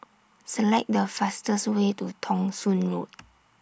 Select The fastest Way to Thong Soon Road